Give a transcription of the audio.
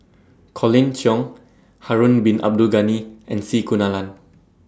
Colin Cheong Harun Bin Abdul Ghani and C Kunalan